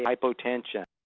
hypotension,